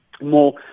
more